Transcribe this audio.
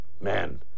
man